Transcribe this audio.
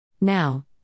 Now